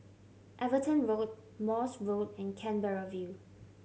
Everton Road Morse Road and Canberra View